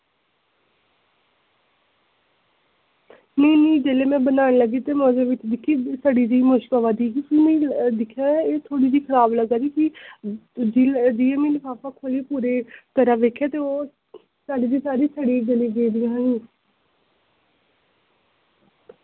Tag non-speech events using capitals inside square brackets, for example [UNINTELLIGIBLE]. नेईं नेईं जेल्लै में बनान लगी ते में ओह्दे बिच्च दिक्खी सड़ी दी मुश्क आवा दी ही में दिक्खेआ एह् थोह्ड़ी जेही खराब लग्गा दी ही जियां में लफाफा खोलेआ पूरे तरह् दिक्खेआ ते ओह् सारे दी सारी सड़ी [UNINTELLIGIBLE]